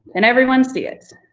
and everyone see it?